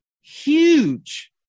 huge